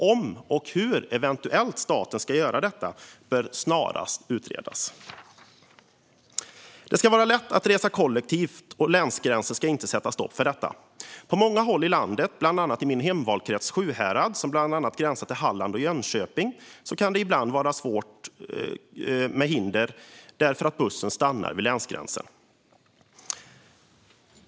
Om och hur staten ska göra detta bör snarast utredas. Det ska vara lätt att resa kollektivt, och länsgränser ska inte sätta stopp för detta. På många håll i landet, bland annat i min hemvalkrets Sjuhärad som gränsar till bland andra Hallands och Jönköpings län, kan det ibland vara ett hinder att resa kollektivt därför att bussen stannar vid länsgränsen.